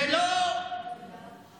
זה לא הרגיע.